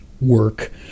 work